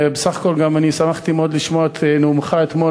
ובסך הכול גם אני שמחתי מאוד לשמוע את נאומך אתמול,